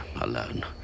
alone